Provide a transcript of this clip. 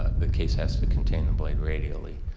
ah the case has to contain the blade radially.